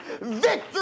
victory